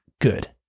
Good